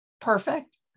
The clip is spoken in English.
Perfect